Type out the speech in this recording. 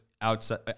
Outside